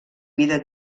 vida